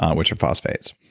um which are phosphates.